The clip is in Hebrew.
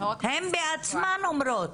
הן עצמן אומרות: